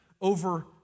over